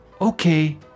Okay